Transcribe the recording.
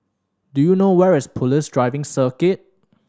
do you know where is Police Driving Circuit